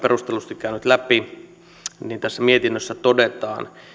perustellusti käynyt läpi että tässä mietinnössä todetaan